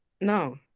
no